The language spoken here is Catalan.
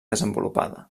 desenvolupada